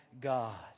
God